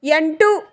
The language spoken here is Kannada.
ಎಂಟು